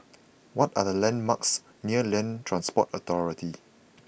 what are the landmarks near Land Transport Authority